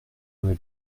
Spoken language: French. noël